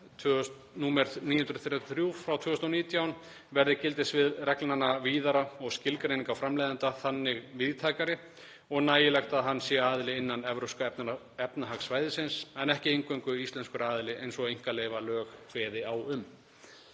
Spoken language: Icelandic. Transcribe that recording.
reglugerð 2019/933 verði gildissvið reglnanna víðara og skilgreining á framleiðanda þannig víðtækari og nægilegt að hann sé aðili innan Evrópska efnahagssvæðisins en ekki eingöngu íslenskur aðili eins og einkaleyfalög kveði á um.